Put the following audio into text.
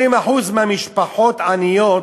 20% מהמשפחות עניות,